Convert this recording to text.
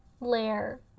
layer